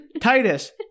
Titus